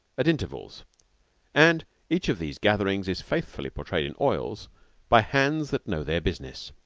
at intervals and each of these gatherings is faithfully portrayed in oils by hands that know their business.